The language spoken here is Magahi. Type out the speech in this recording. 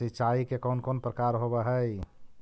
सिंचाई के कौन कौन प्रकार होव हइ?